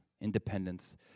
independence